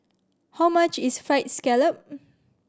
how much is Fried Scallop